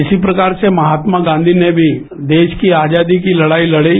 इसी प्रकार से महात्मा गांधी ने भी देश की आजादी की लडाई लडी